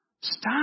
Stop